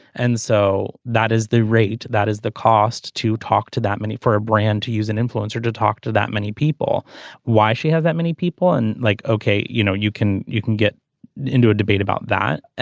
and so that is the rate that is the cost to talk to that money for a brand to use and influence her to talk to that many people why she has that many people and like ok you know you can you can get into a debate about that. ah